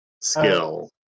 skill